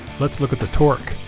let's look at the torque.